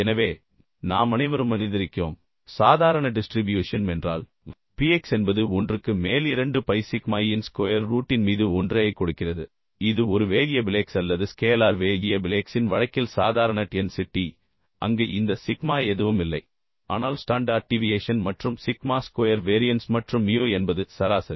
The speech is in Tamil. எனவே நாம் அனைவரும் அறிந்திருக்கிறோம் சாதாரண டிஸ்ட்ரிபியூஷன்ம் என்றால் P x என்பது 1 க்கு மேல் 2 pi சிக்மா e இன் ஸ்கொயர் ரூட்டின் மீது 1 ஐக் கொடுக்கிறது இது ஒரு வேறியபிள் X அல்லது ஸ்கேலார் வேறியபிள் X இன் வழக்கில் சாதாரண டென்சிட்டி அங்கு இந்த சிக்மா எதுவும் இல்லை ஆனால் ஸ்டாண்டார்ட் டீவியேஷன் மற்றும் சிக்மா ஸ்கொயர் வேரியன்ஸ் மற்றும் மியூ என்பது சராசரி